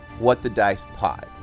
WhatTheDicePod